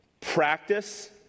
Practice